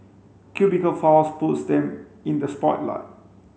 cubicle files puts them in the spotlight